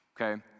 okay